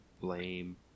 blame